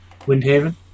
Windhaven